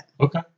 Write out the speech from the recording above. Okay